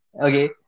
Okay